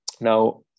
Now